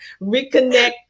Reconnect